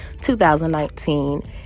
2019